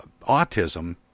autism